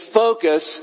focus